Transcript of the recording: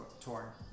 tour